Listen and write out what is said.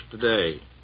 today